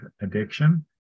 addiction